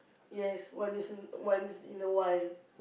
yes once is in once in a while